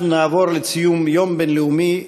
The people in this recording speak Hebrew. אנחנו נעבור לציון היום הבין-לאומי